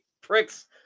pricks